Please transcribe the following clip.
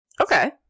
Okay